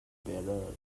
better